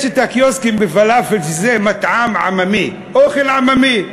יש קיוסקים לפלאפל, שזה מטעם עממי, אוכל עממי.